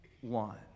ONE